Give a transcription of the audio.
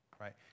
right